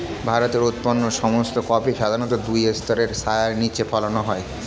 ভারতে উৎপন্ন সমস্ত কফি সাধারণত দুই স্তরের ছায়ার নিচে ফলানো হয়